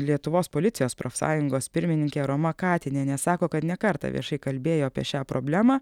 lietuvos policijos profsąjungos pirmininkė roma katinienė sako kad ne kartą viešai kalbėjo apie šią problemą